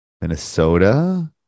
Minnesota